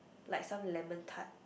like some lemon tart